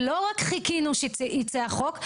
ולא רק חיכינו שייצא החוק,